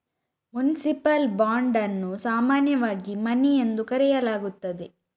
municipal bond ಅನ್ನು ಸಾಮಾನ್ಯವಾಗಿ money ಎಂದು ಕರೆಯಲಾಗುತ್ತದೆ